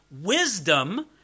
Wisdom